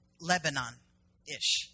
Lebanon-ish